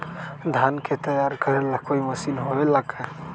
धान के तैयार करेला कोई मशीन होबेला का?